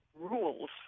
rules